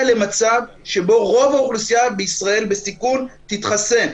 למצב שבו רוב האוכלוסייה בסיכון תתחסן.